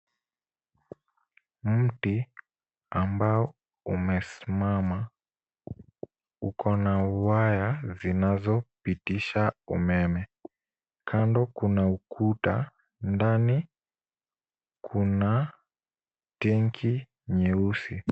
Mti ambao umesimama ukona waya zinazopitisha umeme. Kando kuna ukuta. Ndani kuna tenki nyeusi.